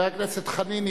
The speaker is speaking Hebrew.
חבר הכנסת חנין,